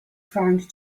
found